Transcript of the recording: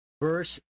verse